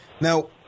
Now